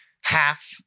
half